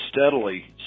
steadily